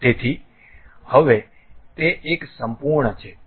તેથી હવે તે એક સંપૂર્ણ છે